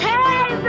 Hey